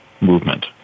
movement